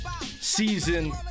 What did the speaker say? season